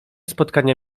spotkania